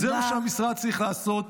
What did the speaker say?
-- זה מה שהמשרד צריך לעשות.